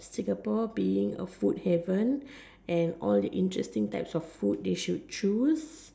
Singapore being a food heaven and all the interesting that from food they should choose